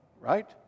right